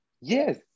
yes